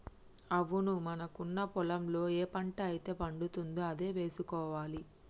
అవును మనకున్న పొలంలో ఏ పంట అయితే పండుతుందో అదే వేసుకోవాలి